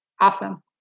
Awesome